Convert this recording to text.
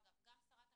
אגב, גם שרת המשפטים,